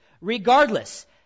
regardless